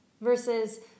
versus